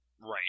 Right